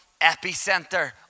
epicenter